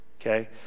Okay